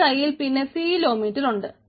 നമ്മുടെ കയ്യിൽ പിന്നെ സിലോമീറ്റർ ഉണ്ട്